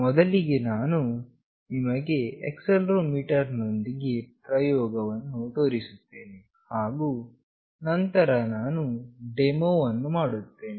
ಮೊದಲಿಗೆ ನಾನು ನಿಮಗೆ ಆಕ್ಸೆಲೆರೋಮೀಟರ್ ನೊಂದಿಗಿನ ಪ್ರಯೋಗವನ್ನು ತೋರಿಸುತ್ತೇನೆ ಹಾಗು ನಂತರ ನಾನು ಡೆಮೋವನ್ನು ಮಾಡುತ್ತೇನೆ